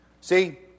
See